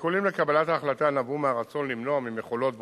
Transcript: השיקולים לקבלת ההחלטה נבעו מהרצון למנוע ממכולות ברום,